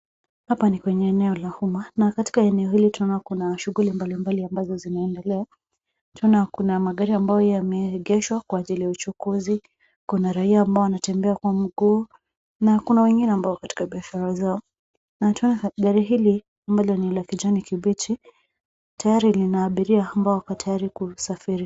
Hapa ni kwenye eneo la huma. Na katika eneo hili tunaona kuna shughuli mbalimbali ambazo zimeendelea. Tena kuna magari ambayo yameegeshwa kwa ajili ya uchukuzi. Kuna raia ambao wanatembea kwa mguu, na kuna wengine ambao katika biashara zao. Gari hili ambalo ni la kijani kibichi, tayari lina abiria ambao wako tayari kulisafiri.